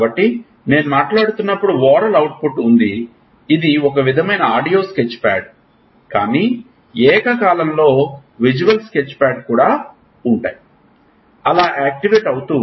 కాబట్టి నేను మాట్లాడుతున్నప్పుడు ఓరల్ అవుట్పుట్ ఉంది ఇది ఒక విధమైన ఆడియో స్కెచ్ప్యాడ్ కానీ ఏక కాలంలో విజువల్ స్కెచ్ప్యాడ్ కూడా ఉంది ఆలా ఆక్టివేట్ అవుతోంది